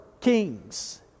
kings